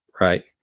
Right